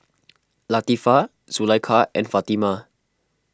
Latifa Zulaikha and Fatimah